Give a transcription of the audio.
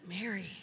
Mary